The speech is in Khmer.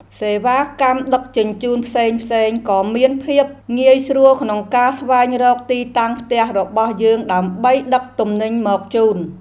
សេវាកម្មដឹកជញ្ជូនផ្សេងៗក៏មានភាពងាយស្រួលក្នុងការស្វែងរកទីតាំងផ្ទះរបស់យើងដើម្បីដឹកទំនិញមកជូន។